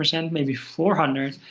and maybe four hundred,